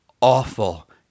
awful